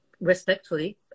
respectfully